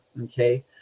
okay